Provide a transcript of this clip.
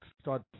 start